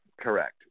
correct